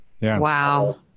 Wow